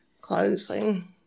closing